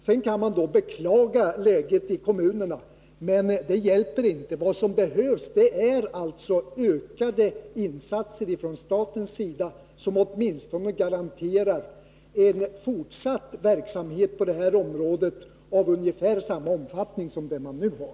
Sedan kan man beklaga läget i kommunerna, men det hjälper inte. Vad som behövs är alltså ökade insatser från statens sida, vilka åtminstone garanterar en fortsatt verksamhet på detta område av ungefär samma omfattning som den man nu har.